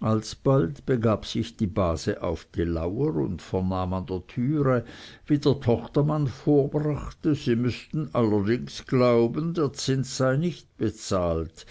alsbald begab sich die base auf die lauer und vernahm an der türe wie der tochtermann vorbrachte sie müßten allerdings glauben der zins sei nicht bezahlt